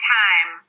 time